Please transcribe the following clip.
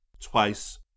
Twice